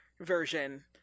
version